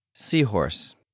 Seahorse